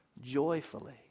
joyfully